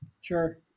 Sure